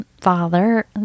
father